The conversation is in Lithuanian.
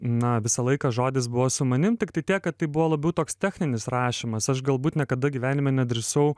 na visą laiką žodis buvo su manim tiktai tiek kad tai buvo labiau toks techninis rašymas aš galbūt niekada gyvenime nedrįsau